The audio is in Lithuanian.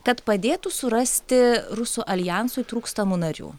kad padėtų surasti rusų aljansui trūkstamų narių